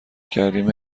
کردیم